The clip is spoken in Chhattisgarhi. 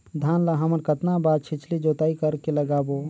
धान ला हमन कतना बार छिछली जोताई कर के लगाबो?